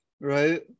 right